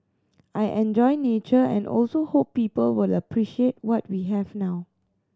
I enjoy nature and also hope people will appreciate what we have now